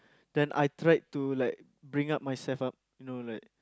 then I tried to like bring up myself up you know like